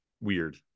weird